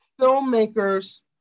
filmmakers